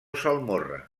salmorra